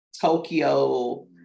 Tokyo